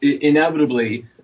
inevitably